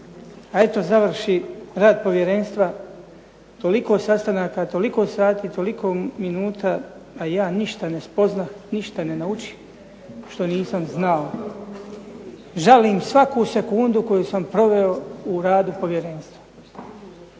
A eto, završi rad povjerenstva, toliko sastanaka, toliko sati, toliko minuta, a ja ništa ne spoznah, ništa ne naučih što nisam znao. Žalim svaku sekundu koju sam proveo u radu povjerenstva.